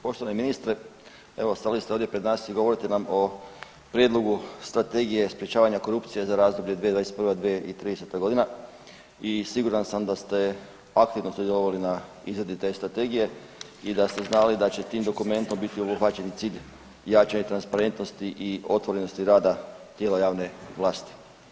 Poštovani ministre, evo stali ste ovdje pred nas i govorite nam o prijedlogu Strategije sprečavanja korupcije za razdoblje 2021.- 2030. godina i siguran sam da ste aktivno sudjelovali na izradi te strategije i da ste znali da će tim dokumentom biti obuhvaćen i cilj jačanje transparentnosti i otvorenosti rada tijela javne vlasti.